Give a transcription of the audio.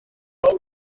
bobol